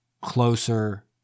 closer